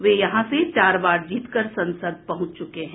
वे यहां से चार बार जीतकर संसद पहुंच चुके हैं